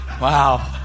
wow